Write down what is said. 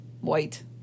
White